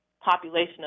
population